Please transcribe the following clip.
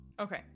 okay